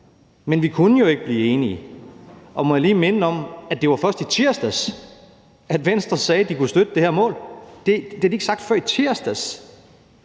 men vi kunne jo ikke blive enige. Og må jeg lige minde om, at det først var i tirsdags, Venstre sagde, at de kunne støtte det her mål. Det har de ikke sagt før i tirsdags.